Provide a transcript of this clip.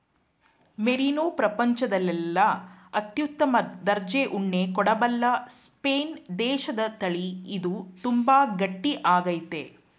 merino ಪ್ರಪಂಚದಲ್ಲೆಲ್ಲ ಅತ್ಯುತ್ತಮ ದರ್ಜೆ ಉಣ್ಣೆ ಕೊಡಬಲ್ಲ ಸ್ಪೇನ್ ದೇಶದತಳಿ ಇದು ತುಂಬಾ ಗಟ್ಟಿ ಆಗೈತೆ